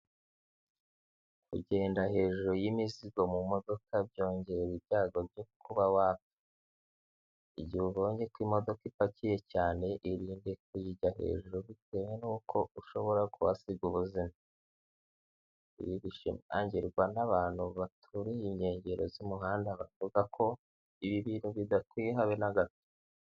Kugenda hejuru y'imizigo mu modoka byongera ibyago byo kuba wapfa, igihe ubonye ko imodoka ipakiye cyane irinde kuyijya hejuru bitewe n'uko ushobora kuhasiga ubuzima, ibi bishimangirwa n'abantu baturiye inkengero z'umuhanda bavuga ko ibi bintu bidakwiye habe na gato.